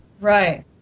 right